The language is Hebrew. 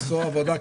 עשו עבודה,